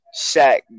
Shaq